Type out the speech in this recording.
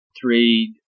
three